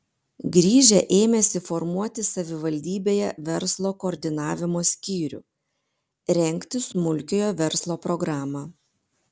grįžę ėmėsi formuoti savivaldybėje verslo koordinavimo skyrių rengti smulkiojo verslo programą